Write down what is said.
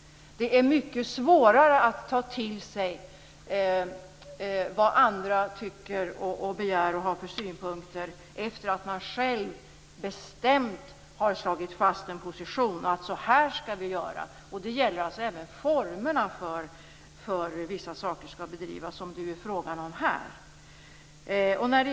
Det är mycket svårare att ta till sig vad andra tycker och begär om man själv bestämt har slagit fast en position och sagt på vilket sätt man skall göra. Detta gäller även formerna för hur vissa saker skall bedrivas, vilket det är fråga om här.